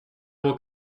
will